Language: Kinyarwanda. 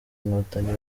inkotanyi